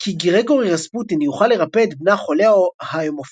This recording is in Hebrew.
כי גריגורי רספוטין יוכל לרפא את בנה חולה ההמופיליה,